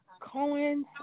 Cohen